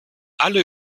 alle